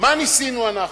מה ניסינו אנחנו?